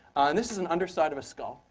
this is an underside of a skull.